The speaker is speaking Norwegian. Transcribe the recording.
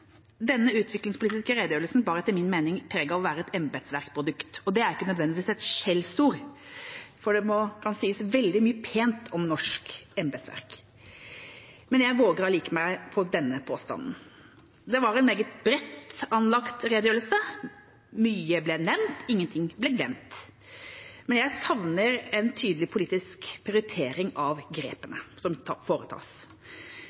Denne utviklingspolitiske redegjørelsen bar etter min mening preg av å være et embetsverksprodukt. Det er ikke nødvendigvis et skjellsord, for det kan sies veldig mye pent om norsk embetsverk. Jeg våger meg allikevel på denne påstanden. Det var en meget bredt anlagt redegjørelse, mye ble nevnt, ingenting ble glemt, men jeg savner en tydelig politisk prioritering av